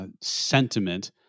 Sentiment